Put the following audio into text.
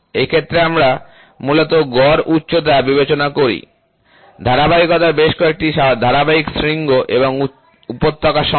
এই ক্ষেত্রে আমরা মূলত গড় উচ্চতা বিবেচনা করি ধারাবাহিকতার বেশ কয়েকটি ধারাবাহিক শৃঙ্গ এবং উপত্যকা সমেত